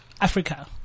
Africa